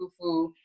fufu